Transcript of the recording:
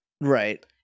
Right